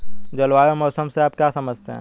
जलवायु और मौसम से आप क्या समझते हैं?